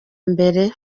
mbere